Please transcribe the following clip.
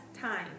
time